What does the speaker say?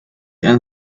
and